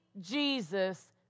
jesus